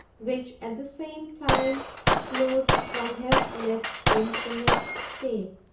which at the same time flowed from his lips in finished state,